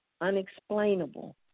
unexplainable